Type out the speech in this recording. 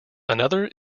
another